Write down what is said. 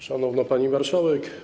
Szanowna Pani Marszałek!